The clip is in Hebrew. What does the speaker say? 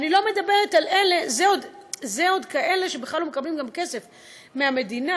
יש עוד כאלה שבכלל לא מקבלים כסף המדינה.